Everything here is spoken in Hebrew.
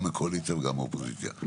גם הקואליציה וגם האופוזיציה.